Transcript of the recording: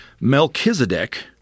Melchizedek